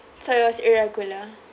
so it was irregular